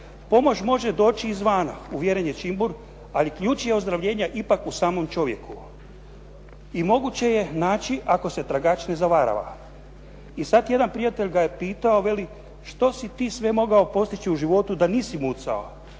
Pomoć može doći izvana, uvjeren je Čimbur, ali ključ je ozdravljenja ipak u samom čovjeku. I moguće je naći ako se tragač ne zavarava. I sada jedan prijatelj ga je pitao a veli, što si ti sve mogao postići u životu da nisi mucao.